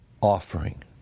offering